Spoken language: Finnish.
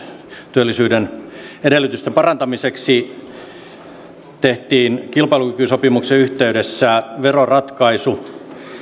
työllisyyden edellytysten parantamiseksi tehtiin kilpailukykysopimuksen yhteydessä veroratkaisu